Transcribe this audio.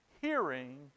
hearing